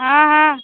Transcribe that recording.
हाँ हाँ